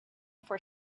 for